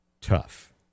tough